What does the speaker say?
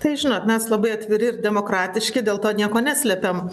tai žinot mes labai atviri ir demokratiški dėl to nieko neslepiam